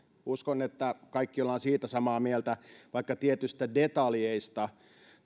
uskon että kaikki ollaan siitä samaa mieltä vaikka tietyistä detaljeista